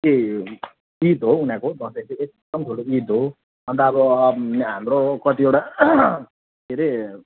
के ईद हो उनीहरूको दसैँ चाहिँ एकदम ठुलो ईद हो अन्त अब अँ यहाँ हाम्रो कतिवटा के अरे